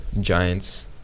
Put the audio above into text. Giants